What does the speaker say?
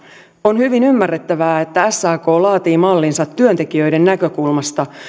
on hyvin ymmärrettävää että sak laatii mallinsa työntekijöiden näkökulmasta